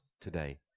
today